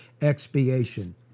expiation